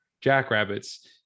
jackrabbits